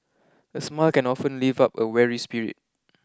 a smile can often lift up a weary spirit